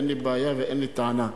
אין לי בעיה ואין לי טענה.